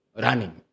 running